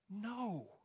no